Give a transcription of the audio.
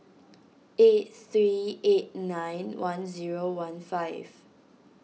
eight three eight nine one zero one five